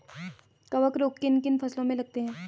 कवक रोग किन किन फसलों में लगते हैं?